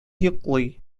йоклый